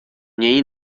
něj